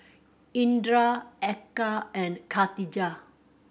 Indra Eka and Katijah